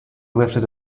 lifted